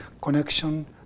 connection